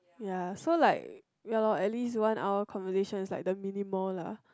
ya so like ya lor at least one hour conversation is like the minimal lah